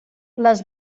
les